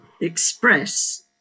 express